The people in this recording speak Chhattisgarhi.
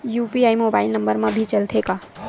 यू.पी.आई मोबाइल नंबर मा भी चलते हे का?